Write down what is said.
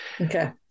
Okay